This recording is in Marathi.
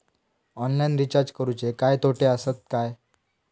ऑनलाइन रिचार्ज करुचे काय तोटे आसत काय?